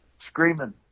Screaming